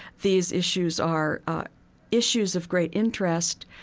these issues are issues of great interest,